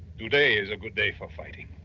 today is a good day for fighting.